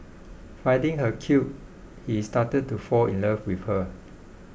finding her cute he started to fall in love with her